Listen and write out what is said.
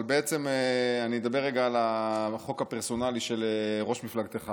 אבל בעצם אני אדבר רגע על החוק הפרסונלי של ראש מפלגתך.